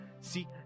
See